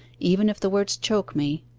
even if the words choke me,